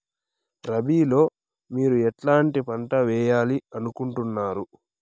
రబిలో మీరు ఎట్లాంటి పంటలు వేయాలి అనుకుంటున్నారు?